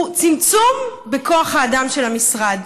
הוא הצמצום בכוח האדם של המשרד.